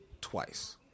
twice